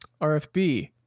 RFB